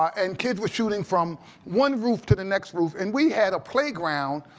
and kids were shooting from one roof to the next roof. and we had a playground